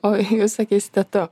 o jūs sakysite tu